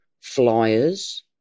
flyers